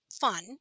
fun